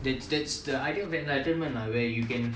that's that's the idea of enlightenment lah where you can